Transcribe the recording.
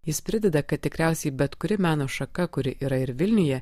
jis prideda kad tikriausiai bet kuri meno šaka kuri yra ir vilniuje